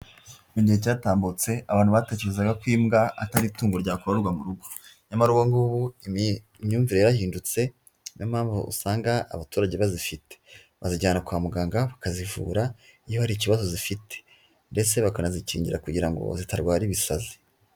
Mu gihe cyatambutse, abantu batekerezaga ko imbwa atari itungo ryakorerwa mu rugo. Nyamara ubu ngubu imyumvire yarahindutse, niyo mpamvu usanga abaturage bazifite. Bazijyana kwa muganga, bakazivura iyo hari ikibazo zifite ndetse bakanazikingira kugira ngo zitarwara ibisazi.